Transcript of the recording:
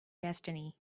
destiny